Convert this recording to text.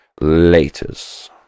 Laters